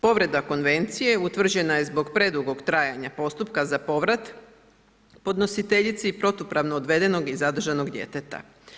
Povreda konvencije utvrđena je zbog predugog trajanja postupka za povrat podnositeljici i protupravno odvedenog i zadržanog djeteta.